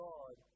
God